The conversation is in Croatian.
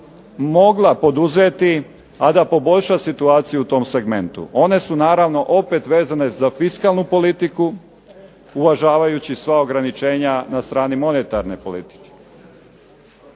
mogla poduzeti a da poboljša situaciju u tom segmentu. One su naravno opet vezane za fiskalnu politiku, uvažavajući sva ograničenja na strani monetarne politike.